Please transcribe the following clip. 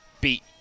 beat